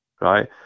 right